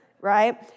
right